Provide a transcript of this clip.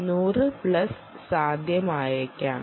അതിനാൽ 100 പ്ലസ് സാധ്യമായേക്കാം